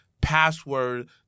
password